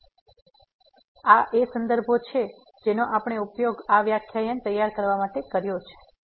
તેથી આ એ સંદર્ભો છે જેનો આપણે ઉપયોગ આ વ્યાખ્યાન તૈયાર કરવા માટે કર્યો છે